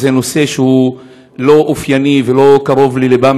זה נושא שהוא לא אופייני ולא קרוב ללבן